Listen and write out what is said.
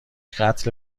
قتل